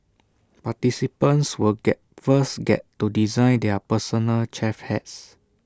participants will get first get to design their personal chef hats